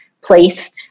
place